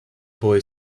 boy